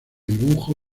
dibujo